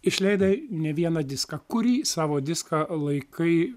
išleidai ne vieną diską kurį savo diską laikai